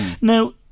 Now